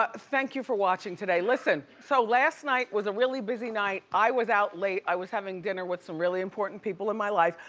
ah thank you for watching today. listen, so last night was a really busy night. i was out late, i was having dinner with some really important people in my life.